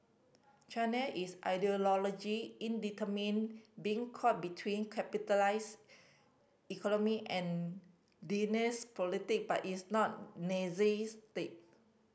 China is ideology in determine being caught between capitalist economy and Leninist politic but it's not Nazi state